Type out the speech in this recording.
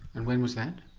and when was that?